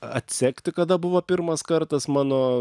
atsekti kada buvo pirmas kartas mano